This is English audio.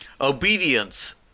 Obedience